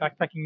backpacking